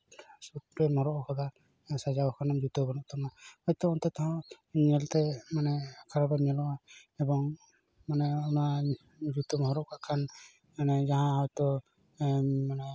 ᱥᱩᱴᱮᱢ ᱦᱚᱨᱚᱜ ᱟᱠᱟᱫᱟ ᱥᱟᱡᱟᱣ ᱟᱠᱟᱱᱟᱢ ᱡᱩᱛᱟᱹ ᱵᱟᱹᱱᱩᱜ ᱛᱟᱢᱟ ᱦᱚᱭᱛᱳ ᱚᱱᱛᱮ ᱛᱮᱦᱚᱸ ᱧᱮᱞᱛᱮ ᱢᱟᱱᱮ ᱠᱷᱟᱨᱟᱯᱮᱢ ᱧᱮᱞᱚᱜᱼᱟ ᱮᱵᱚᱝ ᱚᱱᱟ ᱡᱩᱛᱟᱢ ᱦᱚᱨᱚᱜ ᱠᱟᱜ ᱠᱷᱟᱱ ᱡᱟᱦᱟᱸ ᱦᱚᱭᱛᱳ